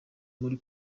muri